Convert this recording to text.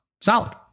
solid